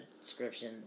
description